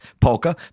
Polka